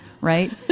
right